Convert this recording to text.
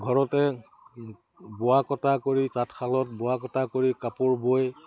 ঘৰতে বোৱা কটা কৰি তাঁতশালত বোৱা কটা কৰি কাপোৰ বৈ